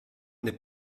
n’est